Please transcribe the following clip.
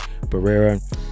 Barrera